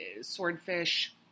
swordfish